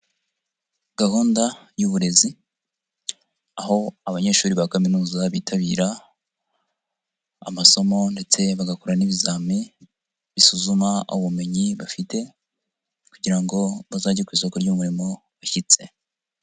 Gahunda y'uburezi aho abanyeshuri ba kaminuza bitabira amasomo ndetse bagakora n'ibizamini bisuzuma ubumenyi bafite kugira ngo bazajye ku isoko ry'umurimo bashyitse.